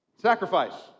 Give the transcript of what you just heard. sacrifice